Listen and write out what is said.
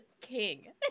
king